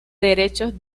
derechos